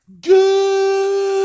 good